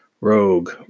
Rogue